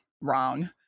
wrong